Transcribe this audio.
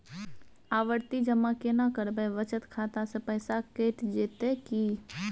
आवर्ति जमा केना करबे बचत खाता से पैसा कैट जेतै की?